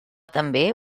també